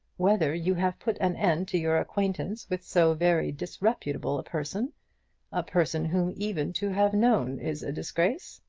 whether you have put an end to your acquaintance with so very disreputable a person a person whom even to have known is a disgrace?